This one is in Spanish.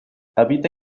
habita